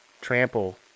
trample